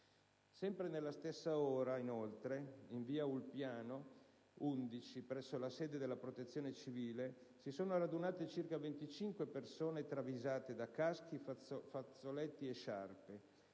sempre alla stessa ora, in via Ulpiano 11, presso la sede della Protezione civile, si sono radunate circa 25 persone travisate da caschi, fazzoletti e sciarpe